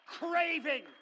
craving